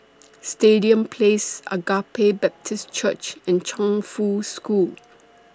Stadium Place Agape Baptist Church and Chongfu School